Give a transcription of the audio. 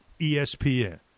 ESPN